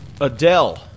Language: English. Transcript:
Adele